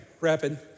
rapid